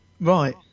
right